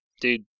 dude